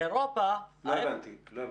לא הבנתי.